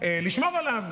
לשמור עליו.